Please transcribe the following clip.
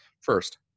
first